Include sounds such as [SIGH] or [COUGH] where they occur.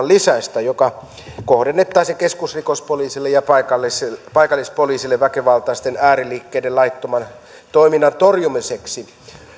[UNINTELLIGIBLE] lisäystä joka kohdennettaisiin keskusrikospoliisille ja paikallispoliisille väkivaltaisten ääriliikkeiden laittoman toiminnan torjumiseksi